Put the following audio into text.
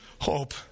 hope